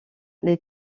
les